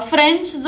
French